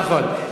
נכון.